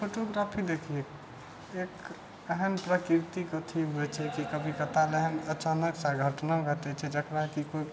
photography देखियौ एक एहन प्राकृतिक अथि होइ छै कि कभी कता एहन अचानकसँ घटना घटै छै जकरा कि कोइ